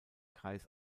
kreis